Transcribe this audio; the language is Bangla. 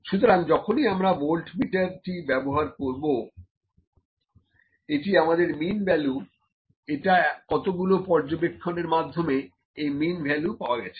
সুতরাং যখনই আমরা ভোল্ট মিটার টি ব্যবহার করবোএটা আমাদের মিন ভ্যালু এটা কতকগুলো পর্যবেক্ষণের মাধ্যমে এই মিন ভ্যালু পাওয়া গেছে